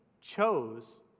chose